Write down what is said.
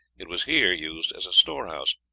it was here used as a storehouse,